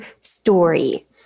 story